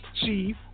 Chief